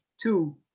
two